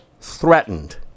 threatened